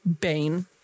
Bane